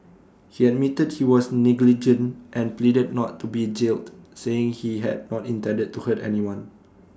he admitted he was negligent and pleaded not to be jailed saying he had not intended to hurt anyone